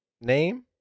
name